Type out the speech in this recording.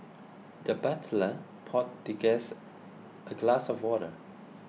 the butler poured the guest a glass of water